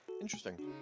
Interesting